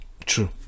true